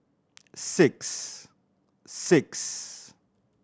six six